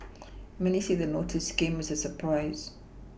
many say the notice came as a surprise